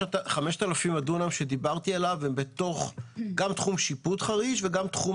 5,000 דונם שדיברתי עליהם הם בתוך תחום שיפוט חריש וגם בתחום